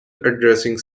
addressing